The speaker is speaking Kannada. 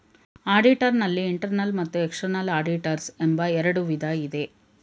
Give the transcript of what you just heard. ಆಡಿಟರ್ ನಲ್ಲಿ ಇಂಟರ್ನಲ್ ಮತ್ತು ಎಕ್ಸ್ಟ್ರನಲ್ ಆಡಿಟರ್ಸ್ ಎಂಬ ಎರಡು ವಿಧ ಇದೆ